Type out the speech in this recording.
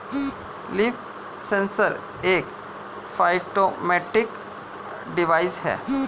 leaf sensor एक phytometric device है